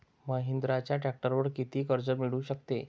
महिंद्राच्या ट्रॅक्टरवर किती कर्ज मिळू शकते?